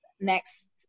next